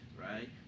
right